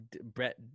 Brett